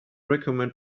recommend